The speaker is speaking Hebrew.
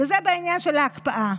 זה, בעניין של ההקפאה.